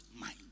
mind